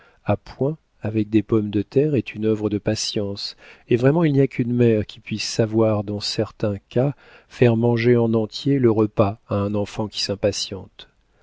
à point avec des pommes de terre est une œuvre de patience et vraiment il n'y a qu'une mère qui puisse savoir dans certains cas faire manger en entier le repas à un enfant qui s'impatiente